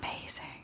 amazing